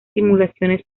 simulaciones